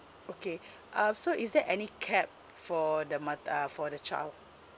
okay um so is there any cap for the mat~ uh for the child